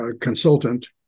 consultant